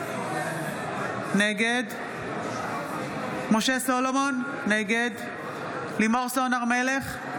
נגד משה סולומון, נגד לימור סון הר מלך,